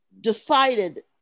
decided